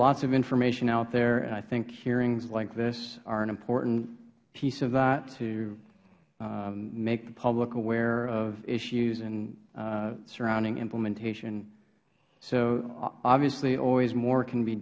lots of information out there and i think hearings like this are an important piece of that to make the public aware of issues surrounding implementation obviously always more can be